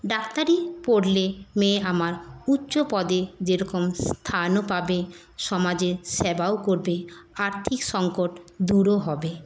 ডাক্তারি পড়লে মেয়ে আমার উচ্চপদে যেরকম স্থানও পাবে সমাজে সেবাও করবে আর্থিক সংকট দূরও হবে